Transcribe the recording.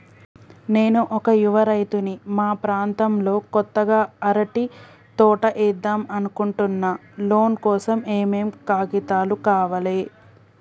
నేను ఒక యువ రైతుని మా ప్రాంతంలో కొత్తగా అరటి తోట ఏద్దం అనుకుంటున్నా లోన్ కోసం ఏం ఏం కాగితాలు కావాలే?